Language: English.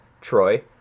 Troy